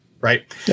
Right